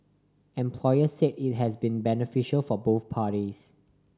employers said it has been beneficial for both parties